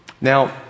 Now